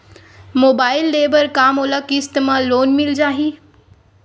Mobile ले बर का मोला किस्त मा लोन मिल जाही?